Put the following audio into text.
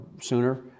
sooner